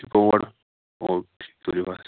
okay تُلِو حظ